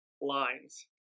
lines